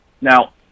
Now